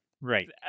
Right